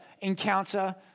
encounter